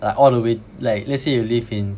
like all the way like let's say you live in